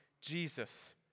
Jesus